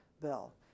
bill